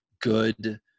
good